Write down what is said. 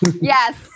Yes